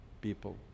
people